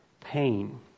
pain